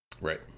Right